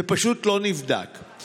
זה פשוט לא נבדק,